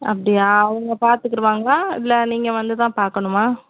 அப்படியா அவங்க பார்த்துக்கிருவாங்களா இல்லை நீங்கள் வந்துதான் பார்க்கணுமா